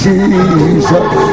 Jesus